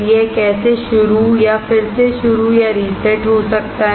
यह कैसे शुरू या फिर से शुरू या रीसेट हो सकता है